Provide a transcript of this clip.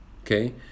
Okay